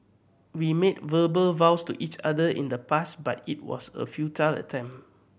we made verbal vows to each other in the past but it was a futile attempt